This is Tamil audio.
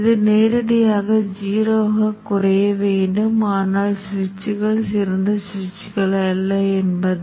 நாம் இப்போது தற்போதைய சென்சார்களை வைத்துள்ளோம் இந்த தற்போதைய சென்சார்கள் மூலம் சுற்று பற்றிய ஆழ்ந்த அறிவைப் பெற முடியும்